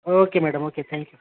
okay madam okay thank you